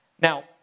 Now